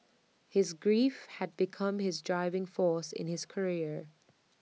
his grief had become his driving force in his career